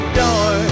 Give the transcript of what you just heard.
door